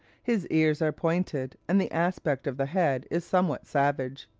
his ears are pointed, and the aspect of the head is somewhat savage.